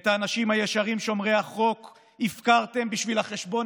את האנשים הישרים שומרי החוק הפקרתם בשביל החשבון